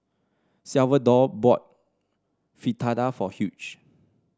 Salvador bought Fritada for Hugh